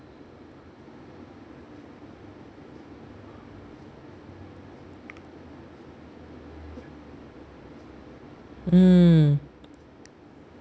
mm